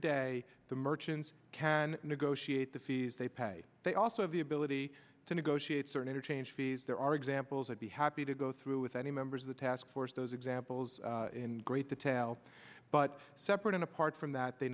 day the merchants can negotiate the fees they pay they also have the ability to negotiate certain interchange fees there are examples i'd be happy to go through with any members of the task force those examples in great detail but separate and apart from that they